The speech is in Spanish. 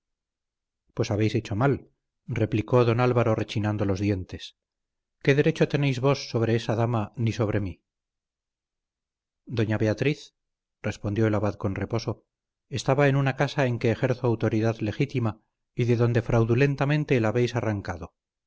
pues habéis hecho mal replicó don álvaro rechinando los dientes qué derecho tenéis vos sobre esa dama ni sobre mí doña beatriz respondió el abad con reposo estaba en una casa en que ejerzo autoridad legítima y de donde fraudulentamente la habéis arrancado